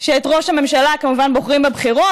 שאת ראש הממשלה כמובן בוחרים בבחירות,